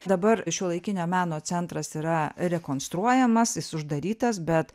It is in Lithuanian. dabar šiuolaikinio meno centras yra rekonstruojamas jis uždarytas bet